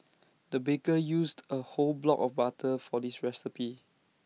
the baker used A whole block of butter for this recipe